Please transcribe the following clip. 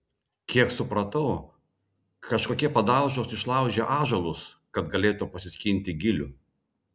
kiek supratau kažkokie padaužos išlaužė ąžuolus kad galėtų prisiskinti gilių